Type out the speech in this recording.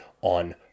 on